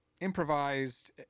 improvised